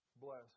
bless